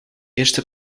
eerste